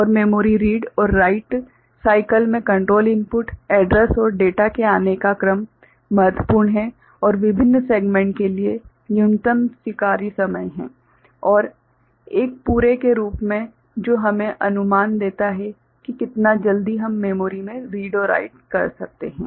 और memory read और write cycle मे कंट्रोल इनपुट एड्रैस और डेटा के आने का क्रम महत्वपूर्ण हैं और विभिन्न सेगमेंट्स के लिए न्यूनतम स्वीकार्य समय हैं और एक पूरे के रूप में जो हमें अनुमान देता है की कितना जल्दी हम मेमोरी मे रीड और राइट कर सकते है